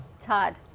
Todd